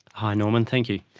hi norman, thank you.